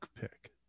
pick